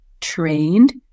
trained